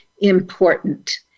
important